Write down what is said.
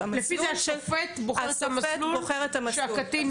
לפי זה השופט בוחר את המסלול שהקטין יהיה בו.